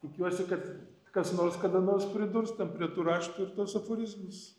tikiuosi kad kas nors kada nors pridurs ten prie tų raštų ir tuos aforizmus